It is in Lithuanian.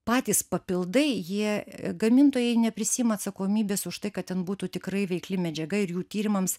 patys papildai jie gamintojai neprisiima atsakomybės už tai kad ten būtų tikrai veikli medžiaga ir jų tyrimams